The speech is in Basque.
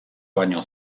baino